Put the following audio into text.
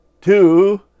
two